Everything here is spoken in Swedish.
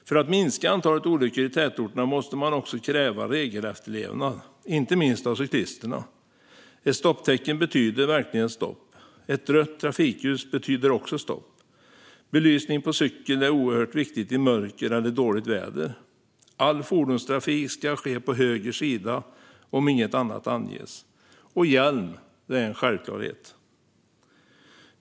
För att minska antalet olyckor i tätorterna måste man också kräva regelefterlevnad, inte minst av cyklisterna. Ett stopptecken betyder verkligen stopp. Ett rött trafikljus betyder också stopp. Belysning på cykeln är oerhört viktigt i mörker eller dåligt väder. All fordonstrafik ska ske på höger sida om inget annat anges, och hjälm är en självklarhet.